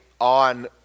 on